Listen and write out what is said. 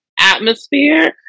atmosphere